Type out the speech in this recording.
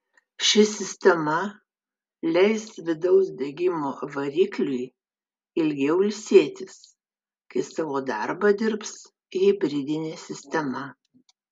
ši sistema leis vidaus degimo varikliui ilgiau ilsėtis kai savo darbą dirbs hibridinė sistema